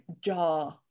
jaw